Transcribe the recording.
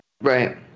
Right